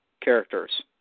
characters